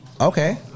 Okay